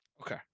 Okay